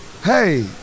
Hey